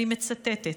אני מצטטת: